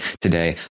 today